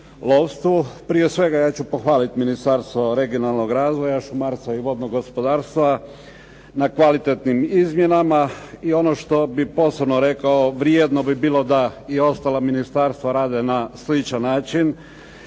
Prije svega, ja ću pohvalit Ministarstvo regionalnog razvoja, šumarstva i vodnog gospodarstva na kvalitetnim izmjenama. I ono što bih posebno rekao, vrijedno bi bilo da i ostala ministarstva rade na sličan način